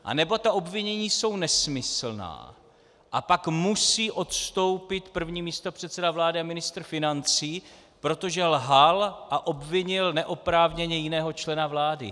Anebo ta obvinění jsou nesmyslná, a pak musí odstoupit první místopředseda vlády a ministr financí, protože lhal a obvinil neoprávněně jiného člena vlády.